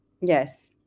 yes